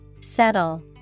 Settle